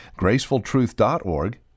gracefultruth.org